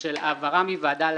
של העברה מוועדה לוועדה,